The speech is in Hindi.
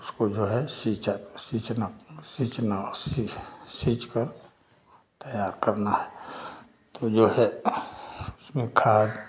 उसको जो है सिंचा सींचना सींचना सींच कर तैयार करना है तो जो है उसमें खाद